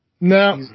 No